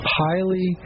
highly